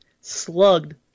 Slugged